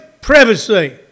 privacy